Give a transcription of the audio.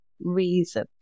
reason